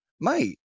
mate